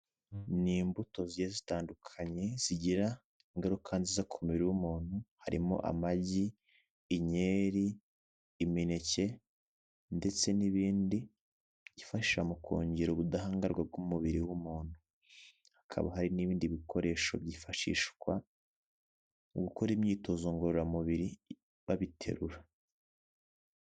Ni imbuto zigiye zitandukanye zigira ingaruka nziza ku mubiri w'umuntu, harimo amagi, inkeri, imineke ndetse n'ibindi byifashisha mu kongera ubudahangarwa bw'umubiri w'umuntu. Hakaba hari n'ibindi bikoresho byifashishwa mu gukora imyitozo ngororamubiri babiterura.